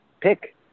pick